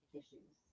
issues